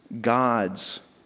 God's